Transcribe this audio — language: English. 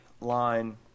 line